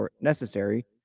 necessary